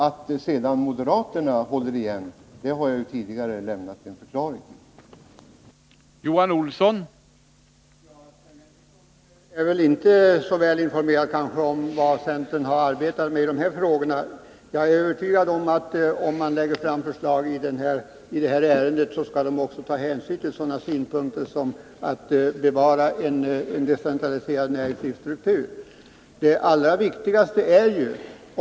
Att sedan moderaterna håller igen har jag tidigare gett en förklaring till.